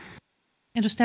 arvoisa